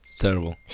terrible